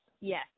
Yes